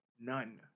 None